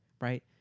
right